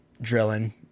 drilling